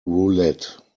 roulette